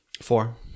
Four